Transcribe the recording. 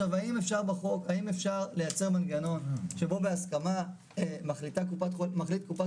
האם אפשר לייצר מנגנון שבו בהסכמה מחליטים קופת